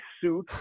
suit